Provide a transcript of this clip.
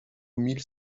mille